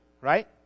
right